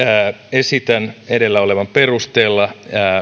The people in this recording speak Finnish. esitän edellä olevan perusteella